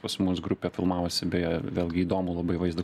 pas mus grupė filmavosi beje vėlgi įdomu labai vaizdo